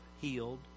healed